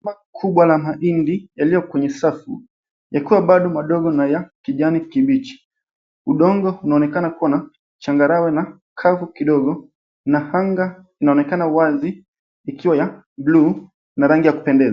Shamba kubwa la mahindi yaliyo kwenye safu yakiwa bado madogo na ya kijani kibichi udongo unaonekana kuwa na changarawe na kavu kidogo na anga inaonekana wazi ikiwa ya buluu na rangi ya kupendeza.